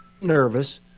nervous